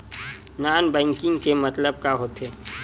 Non banking के मतलब का होथे?